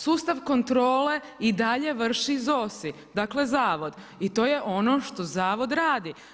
Sustav kontrole i dalje vrši ZOSI, dakle zavod i to je ono što zavod radi.